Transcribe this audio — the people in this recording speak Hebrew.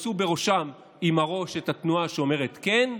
עשו בראשם עם הראש את התנועה שאומרת "כן",